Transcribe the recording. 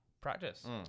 practice